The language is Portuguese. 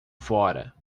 fora